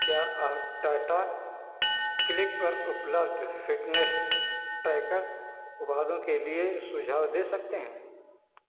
क्या आप टाटा क्लिक पर उपलब्ध फिटनेस ट्रैकर के लिए सुझाव दे सकते हैं